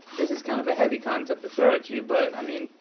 this is kind of a heavy concept to throw at you, but, i mean,